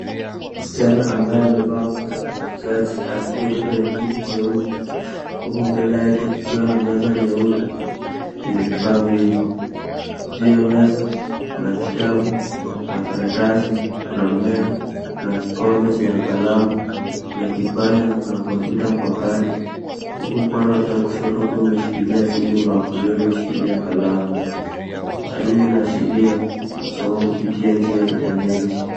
Msichana ambaye amevaa nguo za muuguzi ameketi kwenye kiti cheupe, huku mbele yake kukiwa na meza nyeupe, yenye vifaa vingi. Juu ya meza kuna kitabu, kuna karatasi, kuna mmea, kuna kikombe chenye kalamu, kuna kipanya na kuna kompyuta mpakato, huku mkono wake wa kushoto ukiwa umeshikilia simu na wa kulia umeshikilia kalamu. Hali hii inaashiria masomo kupitia njia ya intaneti.